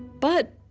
but,